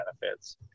benefits